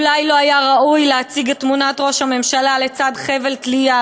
אולי לא היה ראוי להציג את תמונת ראש הממשלה לצד חבל תלייה,